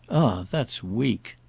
that's weak!